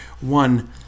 One